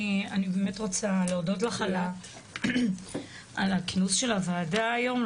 אני באמת רוצה להודות לך על הכינוס של הוועדה היום,